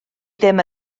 ddim